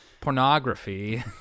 pornography